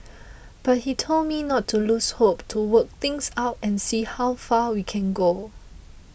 but he told me not to lose hope to work things out and see how far we can go